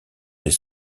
des